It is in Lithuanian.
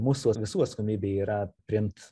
mūsų visų atsakomybė yra priimt